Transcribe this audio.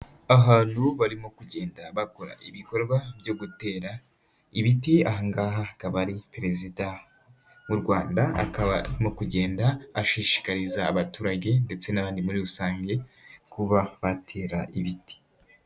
Abantu barimo kugenda bakora ibikorwa byo gutera ibiti, aha ngaha akaba ari Perezida w'u Rwanda akaba arimo kugenda ashishikariza abaturage ndetse n'abandi muri rusange kuba batera ibiti.